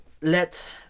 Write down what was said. Let